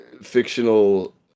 fictional